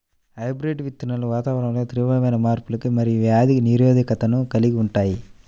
hybrid విత్తనాలు వాతావరణంలో తీవ్రమైన మార్పులకు మరియు వ్యాధి నిరోధకతను కలిగి ఉంటాయి